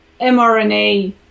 mRNA